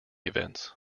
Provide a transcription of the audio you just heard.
events